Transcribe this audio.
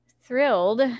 thrilled